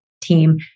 team